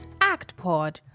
ActPod